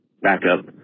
Backup